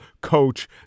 coach